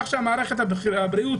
מערכת הבריאות